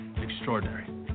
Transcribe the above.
extraordinary